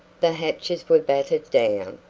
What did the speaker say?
the hatches were battened down,